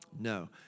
No